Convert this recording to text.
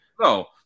No